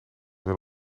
zijn